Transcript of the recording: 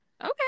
Okay